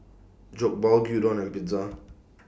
Jokbal Gyudon and Pizza